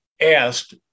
asked